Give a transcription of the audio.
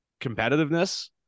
competitiveness